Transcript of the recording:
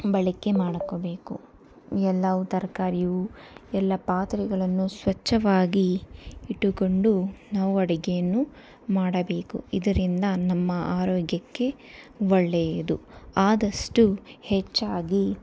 ಬಳಕೆ ಮಾಡ್ಕೋಬೇಕು ಎಲ್ಲವು ತರಕಾರಿಯು ಎಲ್ಲ ಪಾತ್ರೆಗಳನ್ನು ಸ್ವಚ್ಛವಾಗಿ ಇಟ್ಟುಕೊಂಡು ನಾವು ಅಡುಗೆಯನ್ನು ಮಾಡಬೇಕು ಇದರಿಂದ ನಮ್ಮ ಆರೋಗ್ಯಕ್ಕೆ ಒಳ್ಳೆಯದು ಆದಷ್ಟು ಹೆಚ್ಚಾಗಿ